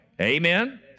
Amen